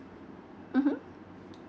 mmhmm